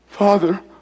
Father